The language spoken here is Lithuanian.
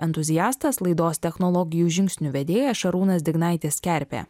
entuziastas laidos technologijų žingsniu vedėjas šarūnas dignaitis kerpė